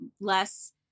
less